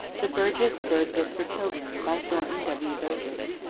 the burgess bird book for children by thornton w. burgess